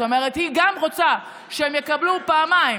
זאת אומרת שהיא גם רוצה שיקבלו פעמיים,